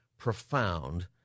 profound